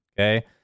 okay